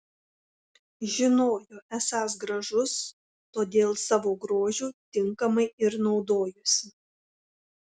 žinojo esąs gražus todėl savo grožiu tinkamai ir naudojosi